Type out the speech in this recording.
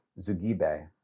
Zugibe